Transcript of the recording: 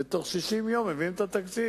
ובתוך 60 יום להביא את התקציב.